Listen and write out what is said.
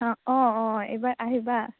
অঁ অঁ এইবাৰ আহিবা